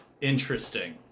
Interesting